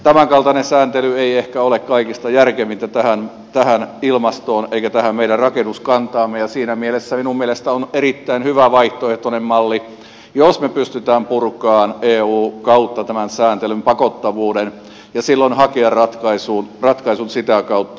tämänkaltainen sääntely ei ehkä ole kaikista järkevintä tähän ilmastoon eikä tähän meidän rakennuskantaamme ja siinä mielessä minun mielestäni on erittäin hyvä vaihtoehtoinen malli jos me pystymme purkamaan eun kautta tämän sääntelyn pakottavuuden ja silloin hakemaan ratkaisut sitä kautta